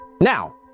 now